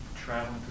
traveling